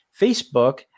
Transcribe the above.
Facebook